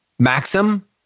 Maxim